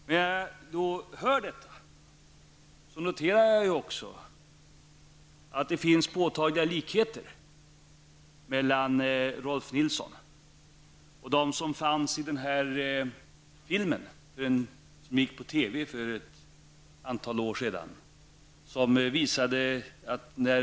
När jag hör detta noterar jag också att det finns påtagliga likheter mellan Rolf L Nilson och de varelser som fanns i den TV-film som gick på för ett antal år sedan.